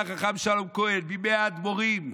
חכם שלום כהן, בימי האדמו"רים,